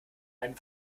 einen